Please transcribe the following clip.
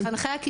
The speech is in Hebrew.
זו חובה.